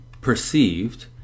perceived